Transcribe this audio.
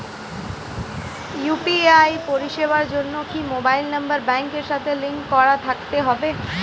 UPI পরিষেবার জন্য কি মোবাইল নাম্বার ব্যাংকের সাথে লিংক করা থাকতে হবে?